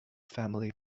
family